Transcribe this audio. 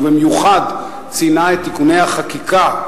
ובמיוחד ציינה את תיקוני החקיקה,